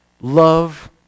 Love